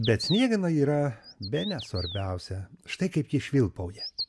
bet sniegena yra bene svarbiausia štai kaip ji švilpauja